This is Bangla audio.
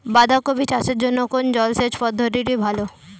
বাঁধাকপি চাষের জন্য কোন জলসেচ পদ্ধতিটি ভালো?